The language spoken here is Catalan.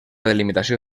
delimitació